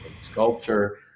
sculpture